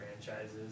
franchises